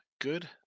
Good